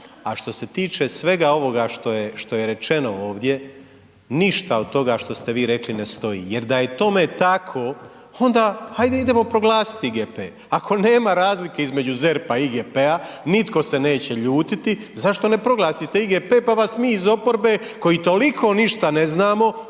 A što se tiče svega ovoga što je rečeno ovdje, ništa od toga što ste vi rekli ne stoji jer da je tome tako, onda hajde idemo proglasiti GP, ako nema razlike između ZERP-a i IGP-a, nitko se neće ljutiti, zašto ne proglasite IGP, pa vas mi iz oporbe koji toliko ništa ne znamo,